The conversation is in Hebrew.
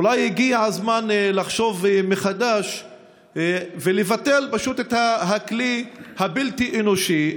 אולי הגיע הזמן לחשוב מחדש ולבטל פשוט את הכלי הבלתי-אנושי,